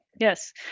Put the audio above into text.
yes